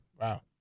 wow